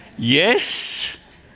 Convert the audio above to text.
Yes